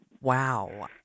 Wow